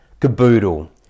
Caboodle